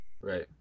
Right